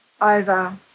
over